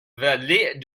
valet